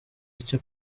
icyo